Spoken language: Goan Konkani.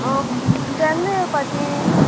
आं केन्ना येवपाचीं